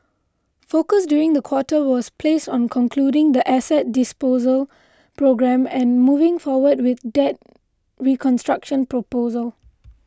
focus during the quarter was placed on concluding the asset disposal programme and moving forward with debt reconstruction proposal